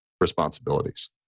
responsibilities